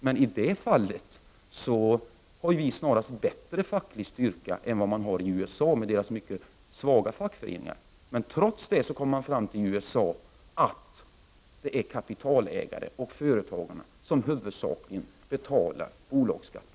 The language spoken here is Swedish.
Men i det fallet har vi snarast bättre facklig styrka än man har i USA, med deras mycket svaga fackföreningar. Trots det kommer man i USA fram till att det är kapitalägare och företagare som huvudsakligen betalar bolagsskatten.